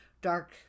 dark